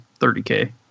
30K